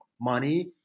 money